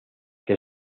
que